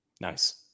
Nice